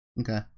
Okay